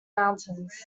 mountains